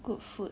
good food